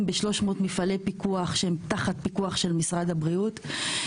ב-300 מפעלי פיקוח שהם תחת פיקוח של משרד הבריאות,